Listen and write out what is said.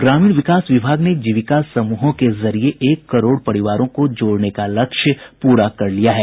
ग्रामीण विकास विभाग ने जीविका समूहों के जरिये एक करोड़ परिवारों को जोड़ने का लक्ष्य पूरा कर लिया है